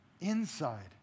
inside